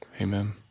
Amen